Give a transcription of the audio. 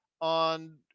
on